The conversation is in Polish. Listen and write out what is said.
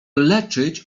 leczyć